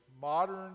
modern